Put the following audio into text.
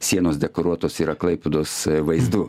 sienos dekoruotos yra klaipėdos vaizdu